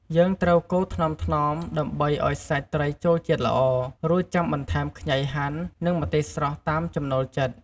យើងត្រូវកូរថ្នមៗ ដើម្បីឱ្យសាច់ត្រីចូលជាតិល្អ រួចចាំបន្ថែមខ្ញីហាន់ និងម្ទេសស្រស់ តាមចំណូលចិត្ត។